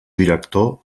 director